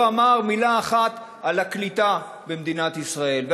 לא אמר מילה אחת על הקליטה במדינת ישראל.